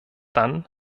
dann